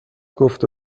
گفته